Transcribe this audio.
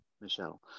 Michelle